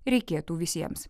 reikėtų visiems